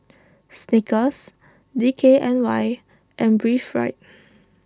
Snickers D K N Y and Breathe Right